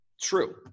True